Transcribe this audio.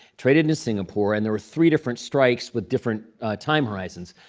traded in singapore. and there were three different strikes with different time horizons.